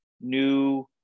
new